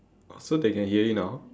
so they can hear you now